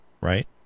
right